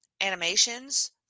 animations